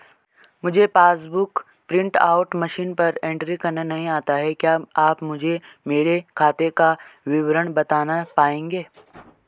मुझे passbook book print out machine पर entry करना नहीं आता है क्या आप मुझे मेरे खाते का विवरण बताना पाएंगे?